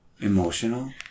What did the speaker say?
Emotional